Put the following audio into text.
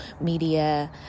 media